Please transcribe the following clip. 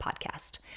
podcast